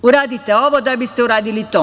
Uradite ovo, da biste uradili to.